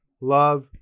love